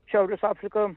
šiaurės afrika